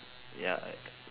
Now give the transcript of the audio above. ya